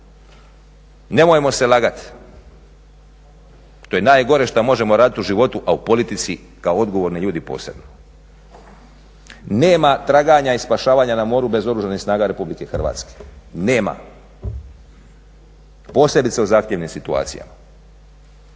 Nemojmo se lagati, to je najgore što možemo raditi u životu, a u politici kao odgovorni ljudi posebno. Nema traganja i spašavanja na moru bez Oružanih snaga RH, nema. Posebice u zahtjevnim situacijama.